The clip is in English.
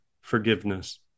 forgiveness